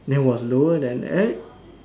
it was lower than eh